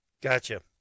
Gotcha